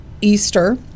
Easter